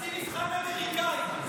תעשי מבחן אמריקאי.